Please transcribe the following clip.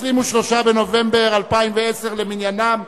23 בנובמבר 2010 למניינם,